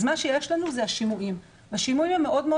אז מה שיש לנו זה השימועים והשימועים הם מאוד מאוד